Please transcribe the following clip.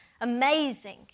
amazing